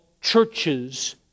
churches